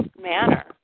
manner